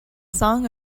song